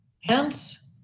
Hence